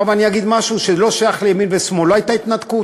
עכשיו אני אגיד משהו שלא שייך לימין ושמאל: לא הייתה התנתקות.